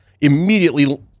immediately